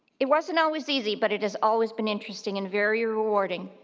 it wasn't always easy, but it has always been interesting and very rewarding.